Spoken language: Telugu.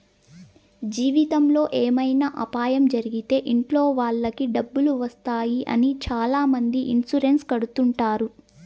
జీవితంలో ఏమైనా అపాయం జరిగితే ఇంట్లో వాళ్ళకి డబ్బులు వస్తాయి అని చాలామంది ఇన్సూరెన్స్ కడుతుంటారు